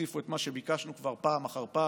תוסיפו את מה שביקשנו כבר פעם אחר פעם,